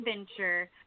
adventure